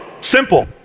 simple